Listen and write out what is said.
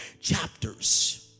chapters